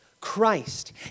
Christ